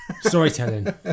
storytelling